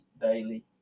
daily